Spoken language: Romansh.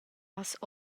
has